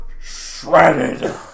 shredded